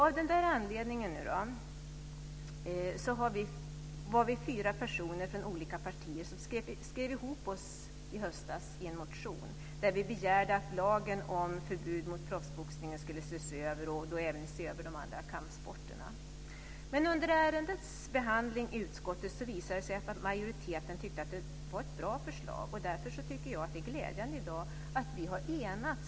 Av den anledningen var vi fyra personer från olika partier som skrev ihop oss i höstas i en motion där vi begärde att lagen om förbud mot proffsboxning skulle ses över och att man även skulle se över de andra kampsporterna. Under ärendets behandling i utskottet visade det sig att majoriteten tyckte att det var ett bra förslag. Därför tycker jag i dag att det är glädjande att vi har enats.